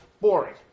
boring